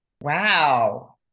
Wow